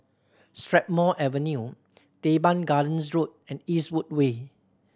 Strathmore Avenue Teban Gardens Road and Eastwood Way